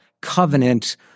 covenant